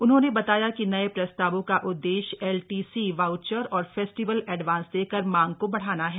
उन्होंने बताया कि नये प्रस्तावों का उद्देश्य एलटीसी वाउचर और फेस्टिवल एडवांस देकर मांग को बढ़ाना है